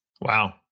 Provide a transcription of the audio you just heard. Wow